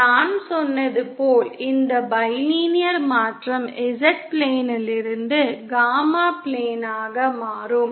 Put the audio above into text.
நான் சொன்னது போல இந்த பைலினியர் மாற்றம் Z பிளேனிலிருந்து காமா பிளேனாக மாறும்